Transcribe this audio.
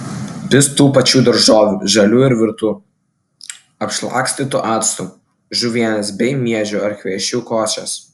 vis tų pačių daržovių žalių ir virtų apšlakstytų actu žuvienės bei miežių ar kviečių košės